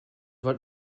what